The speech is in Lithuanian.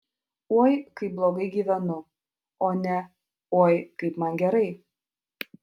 oi kaip blogai gyvenu o ne oi kaip man gerai